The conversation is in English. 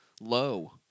low